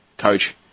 coach